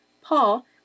Paul